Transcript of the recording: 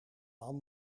man